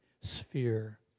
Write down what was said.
sphere